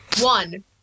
One